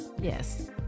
Yes